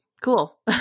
Cool